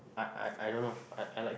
I I I don't know I I like it